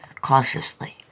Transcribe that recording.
Cautiously